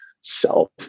self